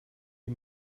die